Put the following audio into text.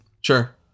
Sure